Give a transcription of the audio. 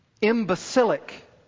imbecilic